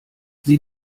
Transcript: sie